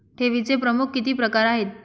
ठेवीचे प्रमुख किती प्रकार आहेत?